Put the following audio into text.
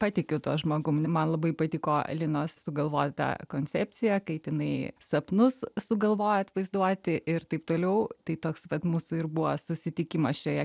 patikiu tuo žmogum man labai patiko linos sugalvota koncepcija kaip jinai sapnus sugalvojo atvaizduoti ir taip toliau tai toks vat mūsų ir buvo susitikimas šioje